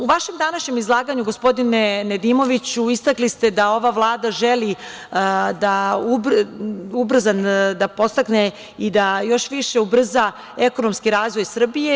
U vašem današnjem izlaganju, gospodine Nedimoviću, istakli ste da ova Vlada želi ubrzano da podstakne i da još više ubrza ekonomski razvoj Srbije.